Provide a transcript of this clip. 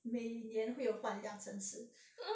每年会有换 lah 这样子